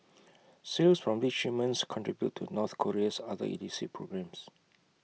sales from these shipments contribute to north Korea's other illicit programmes